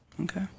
okay